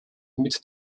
mit